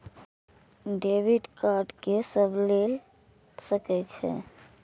Debit card के सब ले सके छै?